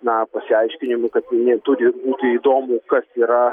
na pasiaiškinimų kad jiem turi būti įdomu kas yra